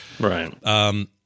Right